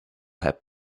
happen